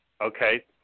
Okay